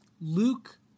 Luke